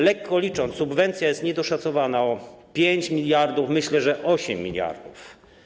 Lekko licząc, subwencja jest niedoszacowana o 5 mld, myślę, że 8 mld.